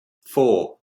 four